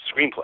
screenplay